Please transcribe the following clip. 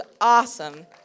awesome